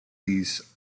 these